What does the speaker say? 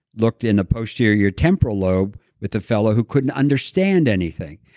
looked in the posterior temporal lobe with the fellow who couldn't understand anything.